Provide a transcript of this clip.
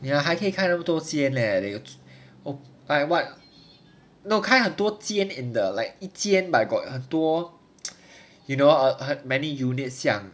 ya 还可以开那么多间 leh leh you know 开很多间 and the like 一间 like got 很多 you know uh uh like many units 这样